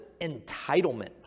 entitlement